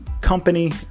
company